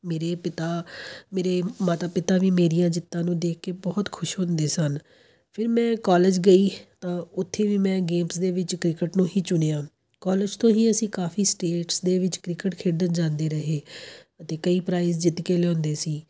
ਮੇਰੇ ਪਿਤਾ ਮੇਰੇ ਮਾਤਾ ਪਿਤਾ ਵੀ ਮੇਰੀਆਂ ਜਿੱਤਾਂ ਨੂੰ ਦੇਖ ਕੇ ਬਹੁਤ ਖੁਸ਼ ਹੁੰਦੇ ਸਨ ਫਿਰ ਮੈਂ ਕੋਲਜ ਗਈ ਤਾਂ ਉੱਥੇ ਵੀ ਮੈਂ ਗੇਮਜ਼ ਦੇ ਵਿੱਚ ਕ੍ਰਿਕਟ ਨੂੰ ਹੀ ਚੁਣਿਆ ਕੋਲਜ ਤੋਂ ਹੀ ਅਸੀਂ ਕਾਫ਼ੀ ਸਟੇਟਸ ਦੇ ਵਿੱਚ ਕ੍ਰਿਕਟ ਖੇਡਣ ਜਾਂਦੇ ਰਹੇ ਅਤੇ ਕਈ ਪ੍ਰਾਈਜ਼ ਜਿੱਤ ਕੇ ਲਿਆਉਂਦੇ ਸੀ